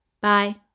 Bye